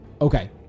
Okay